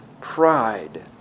pride